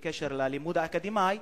על הלימוד האקדמי,